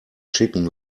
chicken